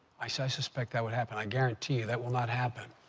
i suspect that would happen. i guarantee you that will not happen.